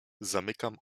zamykam